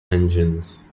engines